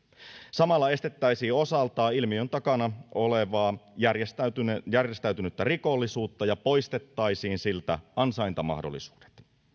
samalla estettäisiin osaltaan ilmiön takana olevaa järjestäytynyttä rikollisuutta ja poistettaisiin siltä ansaintamahdollisuudet